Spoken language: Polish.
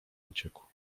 uciekł